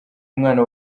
umwana